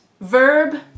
verb